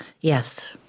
Yes